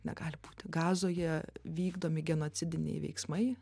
negali būti gazoje vykdomi genocidiniai veiksmai